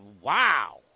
wow